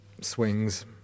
swings